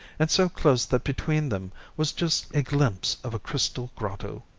and so close that between them was just a glimpse of a crystal grotto,